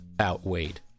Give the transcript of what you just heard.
outweighed